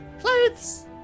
Clothes